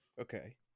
Okay